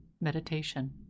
meditation